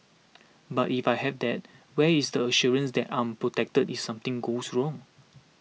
but if I have that where is the assurance that I'm protected if something goes wrong